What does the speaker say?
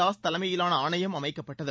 தாஸ் தலைமையிலான ஆணையம் அமைக்கப்பட்டது